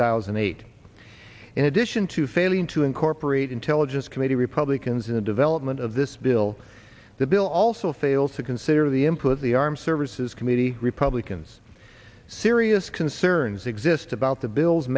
thousand and eight in addition to failing to incorporate intelligence committee republicans in the development of this bill the bill also fails to consider the input the armed services committee republicans serious concerns exist about the bill